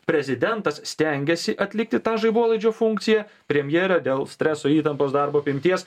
prezidentas stengiasi atlikti tą žaibolaidžio funkciją premjerė dėl streso įtampos darbo apimties